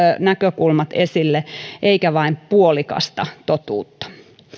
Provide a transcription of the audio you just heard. näkökulmat esille eikä vain puolikasta totuutta